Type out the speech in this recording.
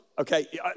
Okay